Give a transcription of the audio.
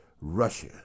Russia